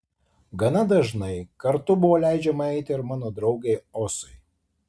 gana dažnai kartu buvo leidžiama eiti ir mano draugei osai